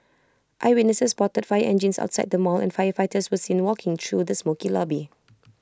eyewitnesses spotted fire engines outside the mall and firefighters were seen walking through the smokey lobby